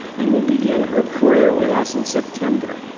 and will begin her career with us in september.